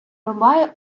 рубай